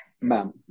Ma'am